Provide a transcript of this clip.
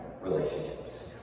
relationships